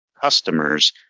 customers